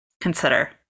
consider